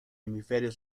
hemisferio